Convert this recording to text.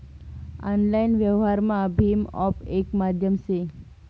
online व्यवहारमा भीम app येक माध्यम से